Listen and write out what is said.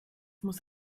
muss